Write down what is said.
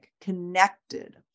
connected